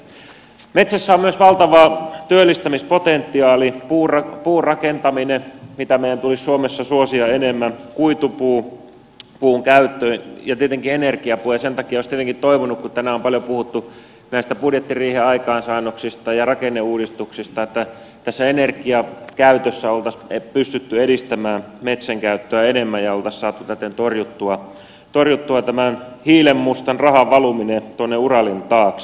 metsässä on myös valtava työllistämispotentiaali puurakentaminen mitä meidän tulisi suomessa suosia enemmän kuitupuun käyttö ja tietenkin energiapuu ja sen takia olisi tietenkin toivonut kun tänään on paljon puhuttu näistä budjettiriihen aikaansaannoksista ja rakenneuudistuksista että tässä energiakäytössä oltaisiin pystytty edistämään metsänkäyttöä enemmän ja oltaisiin saatu täten torjuttua tämän hiilenmustan rahan valuminen tuonne uralin taakse